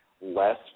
less